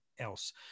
else